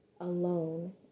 alone